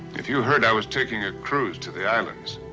if you heard i was taking a cruise to the islands,